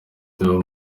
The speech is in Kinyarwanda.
deo